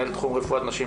מנהל תחום רפואת נשים,